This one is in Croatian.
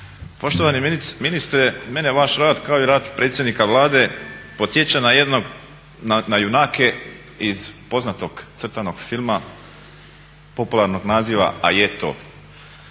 Poštovani ministre mene vaš rad kao i rad predsjednika Vlade podsjeća na junake iz poznatog crtanog filma popularnog naziva "A je to".